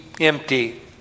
empty